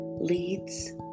leads